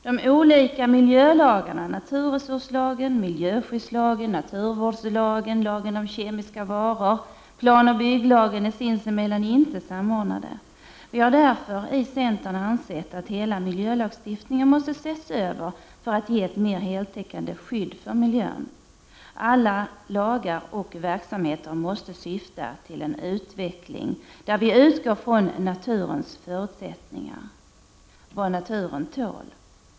De olika miljölagarna — naturresurslagen, miljöskyddslagen, naturvårdslagen, lagen om kemiska varor, planoch bygglagen — är sinsemellan inte samordnade. Vi har därför i centern ansett att hela miljölagstiftningen måste ses över för att ge ett mera heltäckande skydd för miljön. Alla lagar och verksamheter måste syfta till en utveckling där vi utgår från naturens förutsättningar — vad naturen tål.